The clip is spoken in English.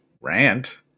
rant